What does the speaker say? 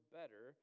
better